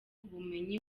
ubumenyi